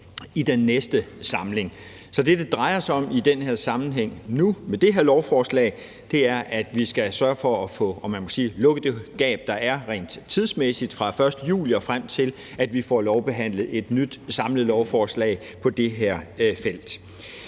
i den næste samling. Så det, det drejer sig om i den her sammenhæng nu med det her lovforslag, er, at vi skal sørge for, om man så må sige, at få lukket det gab, der er rent tidsmæssigt fra 1. juli, og frem til at vi får lovbehandlet et nyt samlet lovforslag på det her felt.